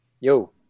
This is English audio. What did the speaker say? Yo